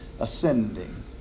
ascending